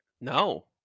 No